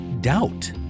doubt